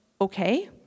okay